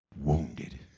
Wounded